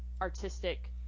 artistic